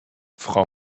frau